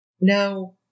No